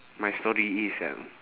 my story is uh